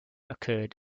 occurred